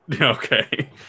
Okay